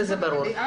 זה ברור.